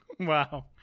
Wow